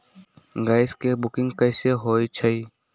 Gas के booking कैसे होईछई?